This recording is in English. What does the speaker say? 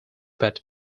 but